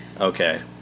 Okay